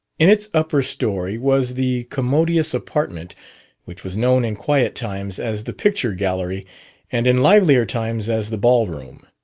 in its upper story was the commodious apartment which was known in quiet times as the picture-gallery and in livelier times as the ball-room.